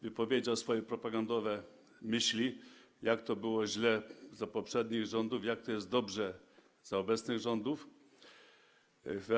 Wypowiedział tylko swoje propagandowe hasła o tym, jak to było źle za poprzednich rządów, jak to jest dobrze za obecnych rządów.